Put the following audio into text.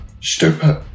Stupid